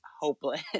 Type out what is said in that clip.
hopeless